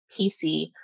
PC